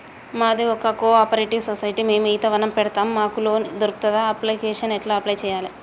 మాది ఒక cooperative society మేము ఈత వనం పెడతం మాకు లోన్ దొర్కుతదా? అప్లికేషన్లను ఎట్ల అప్లయ్ చేయాలే?